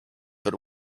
but